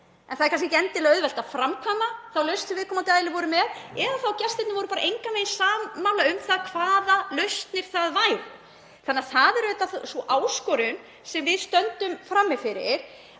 Það er kannski ekki endilega auðvelt að framkvæma þá lausn sem viðkomandi aðilar voru með eða þá að gestirnir voru bara engan veginn sammála um það hvaða lausnir það væru. Þannig að það er auðvitað sú áskorun sem við stöndum frammi fyrir